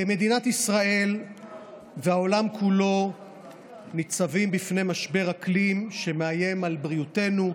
מדינת ישראל והעולם כולו ניצבים בפני משבר אקלים שמאיים על בריאותנו,